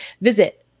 Visit